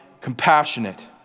compassionate